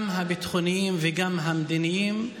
גם הביטחוניים וגם המדיניים,